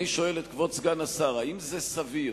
אני שואל את כבוד סגן השר, אם זה סביר